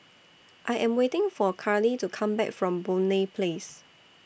I Am waiting For Carley to Come Back from Boon Lay Place